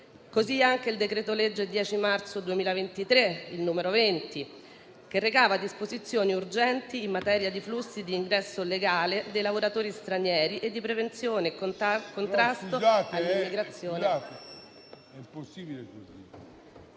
così anche il decreto-legge 10 marzo 2023, n. 20, che recava disposizioni urgenti in materia di flussi di ingresso legale dei lavoratori stranieri e di prevenzione e contrasto all'immigrazione